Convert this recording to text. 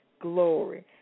glory